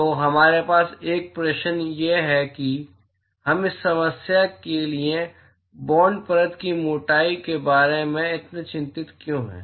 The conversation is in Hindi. तो हमारे पास एक प्रश्न है कि हम इस समस्या के लिए बाॅन्ड परत की मोटाई के बारे में इतने चिंतित क्यों हैं